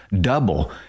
Double